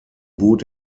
bot